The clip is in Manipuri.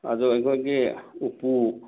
ꯑꯗꯨ ꯑꯩꯈꯣꯏꯒꯤ ꯎꯄꯨ